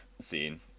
scene